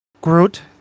Groot